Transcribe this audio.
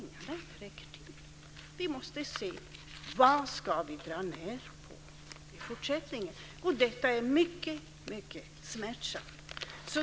Vi måste se vad vi ska dra ned på i fortsättningen, och detta är mycket smärtsamt.